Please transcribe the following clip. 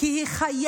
כי היא חייבת,